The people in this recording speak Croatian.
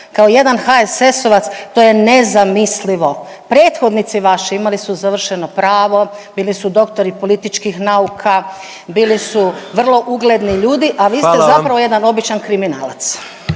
kao jedan HSS-ovac to je nezamislivo. Prethodnici vaši imali su završeno pravo, bili su doktori političkih nauka, bili su vrlo ugledni ljudi, a vi ste … …/Upadica